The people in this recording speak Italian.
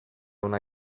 una